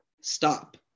Stop